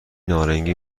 نارنگی